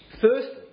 Firstly